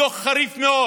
בדוח חריף מאוד